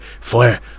flare